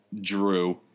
Drew